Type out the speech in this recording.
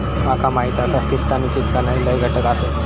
माका माहीत आसा, स्थिरता निश्चित करणारे लय घटक आसत